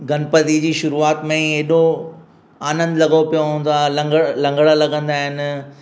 गणपति जी शुरूआत में ई हेॾो आनंदु लॻो पियो हूंदो आहे लंगर लंगर लॻंदा आहिनि